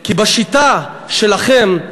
כי בשיטה שלכם,